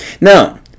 Now